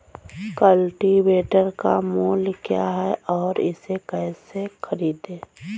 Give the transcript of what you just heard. Cultivator का मूल्य क्या है और इसे कैसे खरीदें?